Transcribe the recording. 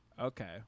Okay